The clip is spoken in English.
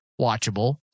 watchable